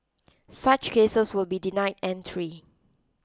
such cases will be denied entry